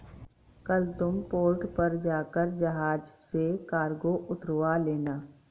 कल तुम पोर्ट पर जाकर जहाज से कार्गो उतरवा लेना